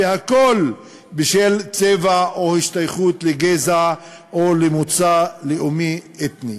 והכול בשל צבע או להשתייכות לגזע או למוצא לאומי-אתני".